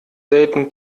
selten